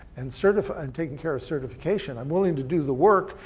and sort of and taking care of certification. i'm willing to do the work,